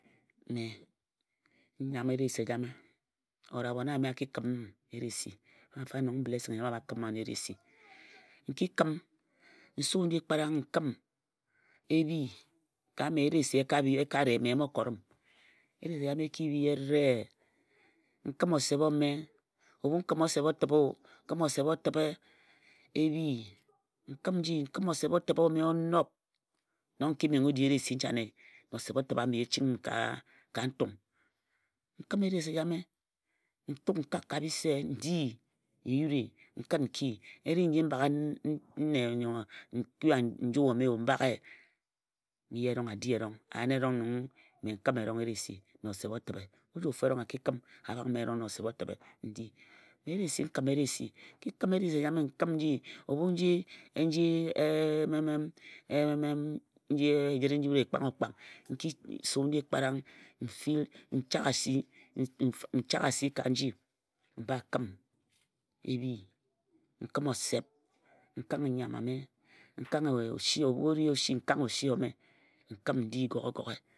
Di eyim. N nam eresi eja or abhon ame a ki kare m eresi fafa nong Blessing ejame a bha kəm ano eresi n ki kəm n su nji karang n kim e bhi, ka mme eresi e ka bhi e ka re mme e bho kot əm. Eresi ejame e ki bhi ere n kim osep ome, ebhu n kima osep otibhe o, n kim osep otibhe ome o nob nong n ki menghe o di eresi nchane. Osep otibhe abhe o ching m ka ntung N kim eresi e jame n tuk n kak ka bise n di n yuri. N kin n ki. E ri nji nne nyo nkua nju omen bak ye, ye erong a yen erong mme n kim erong eresi na osep otibhe. Ojofu erong a ki kǝm abhak m erong na osep otibhen di. Mme eresi n kǝma eresi ejame n kǝm nji ebhu nji ejire nji wut e kpanghe okpang n ku su nji kparang n chak asi ka nji mba kǝm e bhi, n kǝm osep n kanghe nnyam ame n kanghe osi, ebhue osi n kanghe osi ome n kǝm ndi goghe goghe.